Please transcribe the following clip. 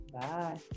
Bye